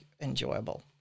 enjoyable